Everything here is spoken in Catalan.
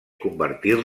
convertir